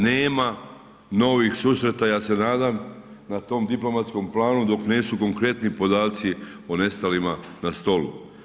Nema novih susreta, ja se nadam na tom diplomatskom planu dok nisu konkretni podaci o nestalima na stolu.